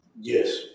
yes